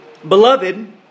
Beloved